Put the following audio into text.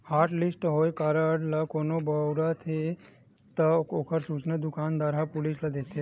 hotlist होए card ल कोनो बउरत हे त ओखर सूचना दुकानदार ह पुलिस ल दे देथे